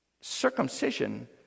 Circumcision